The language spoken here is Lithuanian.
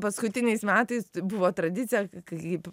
paskutiniais metais buvo tradicija kaip